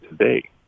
today